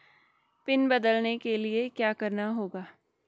Pin बदलने के लिए क्या करना होगा?